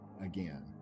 Again